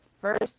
first